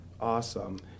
Awesome